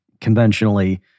conventionally